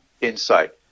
insight